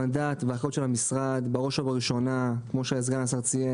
המנדט והאחריות של המשרד בראש ובראשונה כמו שסגן השר ציין,